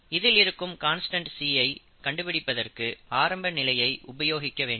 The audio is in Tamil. இதில் இருக்கும் கன்ஸ்டன்ட் c ஐ கண்டுபிடிப்பதற்கு ஆரம்ப நிலையை உபயோகிக்க வேண்டும்